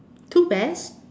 two bears